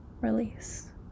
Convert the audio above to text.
release